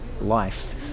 life